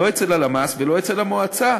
לא אצל הלמ"ס ולא אצל המועצה,